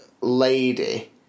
lady